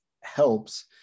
helps